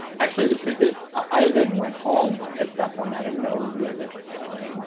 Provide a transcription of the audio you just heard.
actually, the truth is, i then went home. at that point, i didn't know where they were going. like